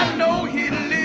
know him